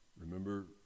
remember